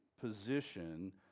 position